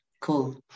Cool